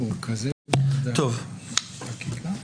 לגופם של דברים.